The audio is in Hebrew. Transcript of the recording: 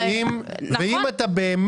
ברור, אבל פלוס מינוס, בממוצע, שנדע על מה מדובר.